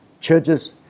churches